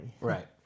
Right